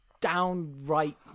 downright